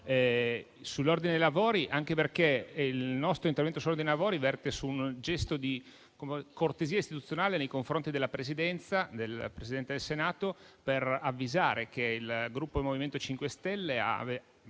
chiudere così la questione. Il nostro intervento sull'ordine dei lavori verte su un gesto di cortesia istituzionale nei confronti della Presidenza, del Presidente del Senato, per avvisare che il Gruppo MoVimento 5 Stelle ha